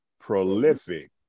prolific